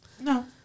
No